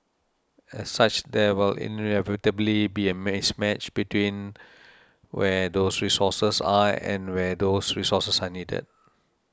as such there will inevitably be a mismatch between where those resources are and where those resources are needed